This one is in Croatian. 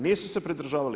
Nisu se pridržavali?